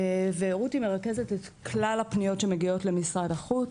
רותי מרכזת את כלל הפניות שמגיעות למשרד החוץ,